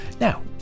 Now